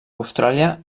austràlia